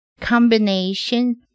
combination